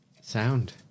sound